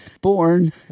Born